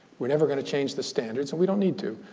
we're never going to change the standards, and we don't need to.